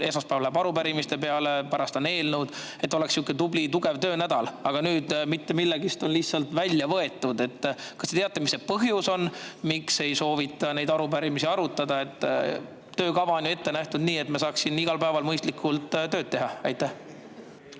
esmaspäev läheb arupärimiste peale ja pärast on eelnõud, et oleks sihuke tubli tugev töönädal. Aga nüüd mitte millegi tõttu on [mingid punktid] lihtsalt välja võetud. Kas te teate, mis see põhjus on, miks ei soovita neid arupärimisi arutada? Töökava on ju ette nähtud nii, et me saaksime igal päeval mõistlikult tööd teha. Aitäh,